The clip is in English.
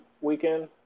weekend